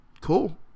Cool